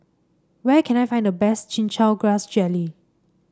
where can I find the best Chin Chow Grass Jelly